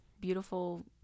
beautiful